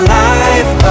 life